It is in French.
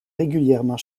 régulièrement